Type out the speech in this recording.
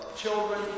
Children